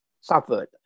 suffered